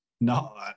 No